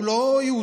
שהוא לא יהודי,